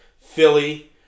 Philly